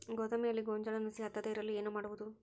ಗೋದಾಮಿನಲ್ಲಿ ಗೋಂಜಾಳ ನುಸಿ ಹತ್ತದೇ ಇರಲು ಏನು ಮಾಡುವುದು?